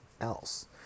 else